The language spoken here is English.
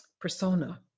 persona